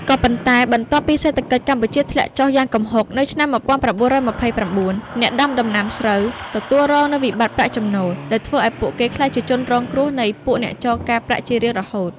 ក៏ប៉ុន្តែបន្ទាប់ពី សេដ្ឋកិច្ចកម្ពុជាធ្លាក់ចុះយ៉ាងគំហុកនៅឆ្នាំ១៩២៩ អ្នកដាំដំណាំស្រូវទទួលរងនូវវិបត្តិប្រាក់ចំណូល ដែលធ្វើអោយពួកគេក្លាយជាជនរងគ្រោះនៃពួកអ្នកចងកាប្រាក់ជារៀងរហូត ។